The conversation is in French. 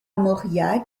mauriac